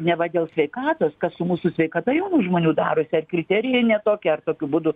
neva dėl sveikatos kas su mūsų sveikata jaunų žmonių darosi ar kriterijai ne tokie ar tokiu būdu